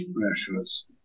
pressures